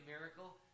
miracle